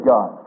God